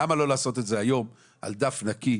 למה לא לעשות את זה היום על דף נקי,